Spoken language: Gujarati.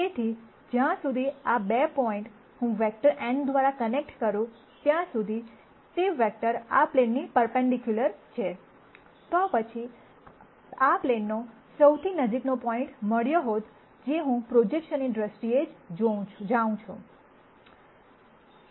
તેથી જ્યાં સુધી આ 2 પોઇન્ટ હું વેક્ટર n દ્વારા કનેક્ટ કરું ત્યાં સુધી તે વેક્ટર આ પ્લેનની પર્પન્ડિક્યુલર છે પછી મને આ પ્લેનનો સૌથી નજીકનો પોઇન્ટ મળ્યો હોત જે હું પ્રોજેક્શનની દ્રષ્ટિએ જ જાઉં છું